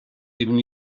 even